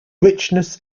richness